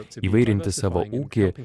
įvairinti savo ūkį